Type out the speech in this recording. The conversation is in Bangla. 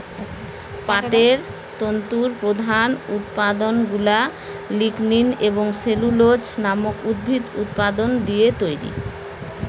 পাটের তন্তুর প্রধান উপাদানগুলা লিগনিন এবং সেলুলোজ নামক উদ্ভিজ্জ উপাদান দিয়ে তৈরি